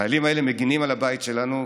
החיילים האלה מגינים על הבית שלנו,